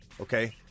Okay